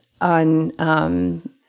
on